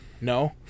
No